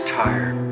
tired